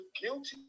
guilty